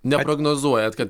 neprognozuojat kad